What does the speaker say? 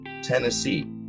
Tennessee